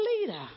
leader